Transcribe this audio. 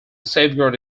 safeguard